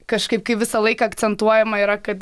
kažkaip kai visą laiką akcentuojama yra kad